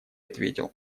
ответил